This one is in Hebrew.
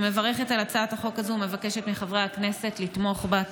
אני מברכת על הצעת החוק הזאת ומבקשת מחברי הכנסת לתמוך בה.